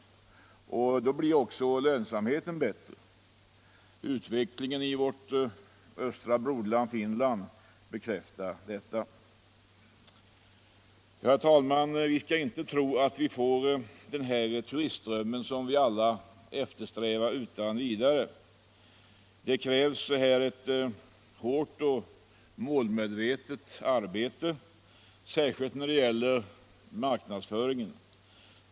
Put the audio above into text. Och då blir också lönsamheten bättre. Utvecklingen i vårt östra broderland Finland bekräftar detta. Men vi skall inte tro att vi utan vidare får den turistström som vi alla eftersträvar. Det krävs ett hårt och målmedvetet arbete, särskilt när det gäller marknadsföringen.